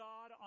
God